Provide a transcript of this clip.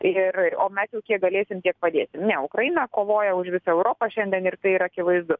ir o mes jau kiek galėsim tiek padėsim ne ukraina kovoja už visą europą šiandien ir tai yra akivaizdu